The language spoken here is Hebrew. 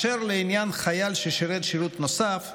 לעניין חייל ששירת שירות נוסף,